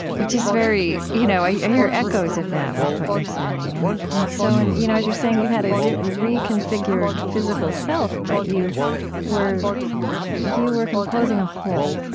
which is very you know i hear echoes of that with what you're saying. and and so and you know as you're saying, you had ah a reconfigured physical self, but you were you were composing a whole. right?